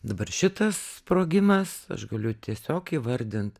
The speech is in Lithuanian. dabar šitas sprogimas aš galiu tiesiog įvardint